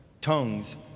tongues